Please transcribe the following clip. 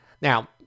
Now